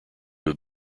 have